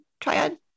triad